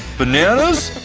bananas!